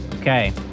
Okay